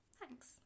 thanks